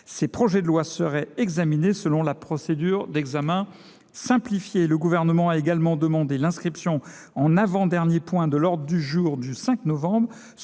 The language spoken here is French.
Ces projets de loi seraient examinés selon la procédure d’examen simplifié. Le Gouvernement a également demandé l’inscription en avant dernier point de l’ordre du jour du mardi 5 novembre,